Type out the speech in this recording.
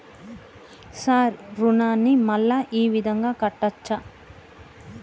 Sir రుణాన్ని మళ్ళా ఈ విధంగా కట్టచ్చా?